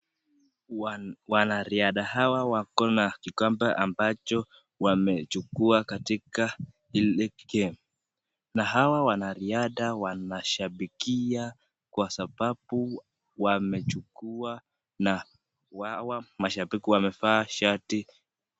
Wanariadha hawa wako na kikombe ambacho wamechukua katika ile game . Na hawa wanariadha wanashabikia kwa sababu wamechukua na hawa mashabiki wamevaa shati.